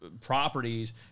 properties